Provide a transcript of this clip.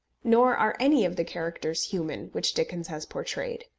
nor are any of the characters human which dickens has portrayed.